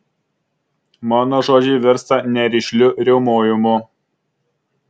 mano žodžiai virsta nerišliu riaumojimu